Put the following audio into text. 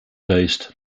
based